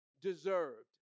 deserved